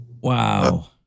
Wow